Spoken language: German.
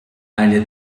eine